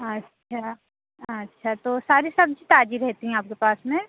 अच्छा अच्छा तो सारी सब्जी ताजी रहती हैं आपके पास में